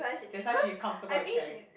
that's why she comfortable with sharing